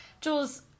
Jules